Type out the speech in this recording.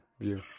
view